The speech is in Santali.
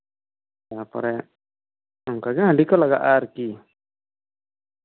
ᱛᱟᱨᱯᱚᱨᱮ ᱚᱱᱠᱟᱜᱮ ᱦᱟᱸᱹᱰᱤ ᱫᱚ ᱞᱟᱜᱟᱜᱼᱟ ᱟᱨᱠᱤ